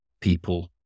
people